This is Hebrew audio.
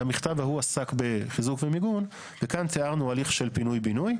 המכתב ההוא עסק בחיזוק ומיגון וכאן תיארנו הליך של פינוי בינוי.